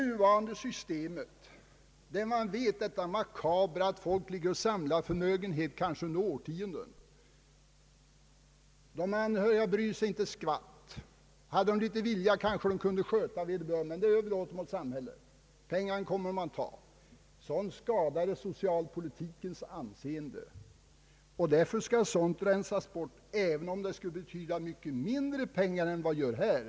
Nuvarande bestämmelser innebär att folk — makabert nog — kan samla förmögenheter, kanske under årtionden. De anhöriga bryr sig inte ett skvatt om att hjälpa till. Hade de litet vilja kanske de kunde sköta vederbörande, men det överlåter de åt samhället. Men pengarna kommer de att ta. Systemet skadar socialpolitikens anseende och skall därför rensas bort, även om det skulle röra sig om mycket mindre pengar än det gör här.